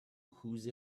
whose